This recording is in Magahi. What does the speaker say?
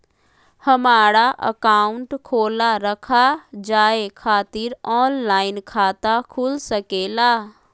हमारा अकाउंट खोला रखा जाए खातिर ऑनलाइन खाता खुल सके ला?